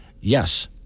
yes